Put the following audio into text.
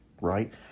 right